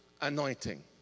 anointing